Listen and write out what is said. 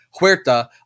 Huerta